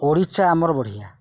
ଓଡ଼ିଶା ଆମର ବଢ଼ିଆ